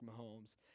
Mahomes